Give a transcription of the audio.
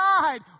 side